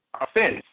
offense